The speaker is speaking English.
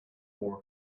more